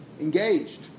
engaged